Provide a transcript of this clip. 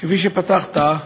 כפי שפתחת,